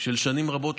של הכלה,